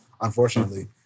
unfortunately